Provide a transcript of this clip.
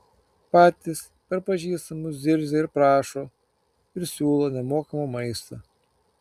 patys per pažįstamus zirzia ir prašo ir siūlo nemokamą maistą